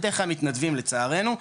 בדרך כלל מתנדבים לצערנו,